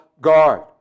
guard